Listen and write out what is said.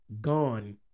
gone